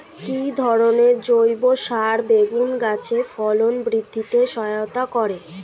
কি ধরনের জৈব সার বেগুন গাছে ফলন বৃদ্ধিতে সহায়তা করে?